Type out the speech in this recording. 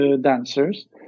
dancers